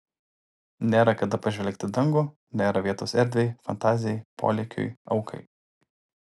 nėra kada pažvelgti į dangų nėra vietos erdvei fantazijai polėkiui aukai